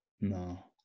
No